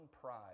pride